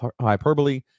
hyperbole